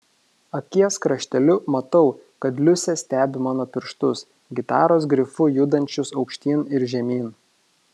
akies krašteliu matau kad liusė stebi mano pirštus gitaros grifu judančius aukštyn ir žemyn